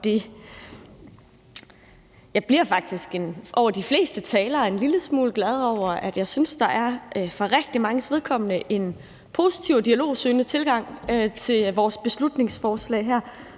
Jeg bliver faktisk en lille smule glad over de fleste taler, for jeg synes, der for rigtig manges vedkommende er en positiv og dialogsøgende tilgang til vores beslutningsforslag her,